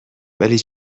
ولی